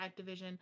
Activision